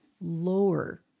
lower